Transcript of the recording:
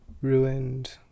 ruined